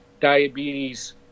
diabetes